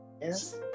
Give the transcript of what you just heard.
Yes